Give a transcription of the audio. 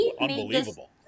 unbelievable